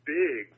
big